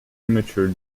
immature